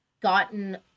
gotten